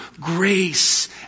grace